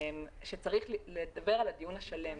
אבל צריך לדבר על הדיון השלם,